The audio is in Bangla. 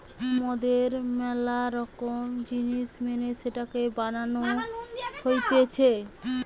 মদের ম্যালা রকম জিনিস মেনে সেটাকে বানানো হতিছে